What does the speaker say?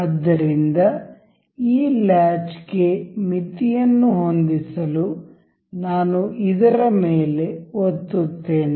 ಆದ್ದರಿಂದ ಈ ಲಾಚ್ ಗೆ ಮಿತಿಯನ್ನು ಹೊಂದಿಸಲು ನಾನು ಇದರ ಮೇಲೆ ಒತ್ತುತ್ತೇನೆ